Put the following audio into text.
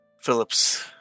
Phillips